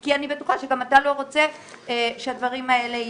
אני בטוחה שגם אתה לא רוצה שהדברים האלה יהיו,